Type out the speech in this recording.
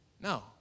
No